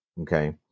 okay